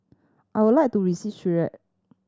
I would like to visit Syria